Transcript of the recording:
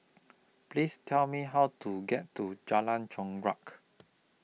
Please Tell Me How to get to Jalan Chorak